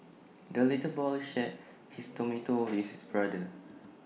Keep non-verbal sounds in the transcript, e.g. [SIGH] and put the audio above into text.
the little boy shared his tomato [NOISE] with his brother